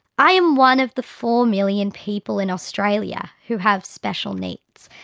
i am one of the four million people in australia who have special needs.